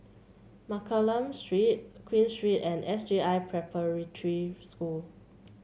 Mccallum Street Queen Street and S J I Preparatory School